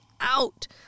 out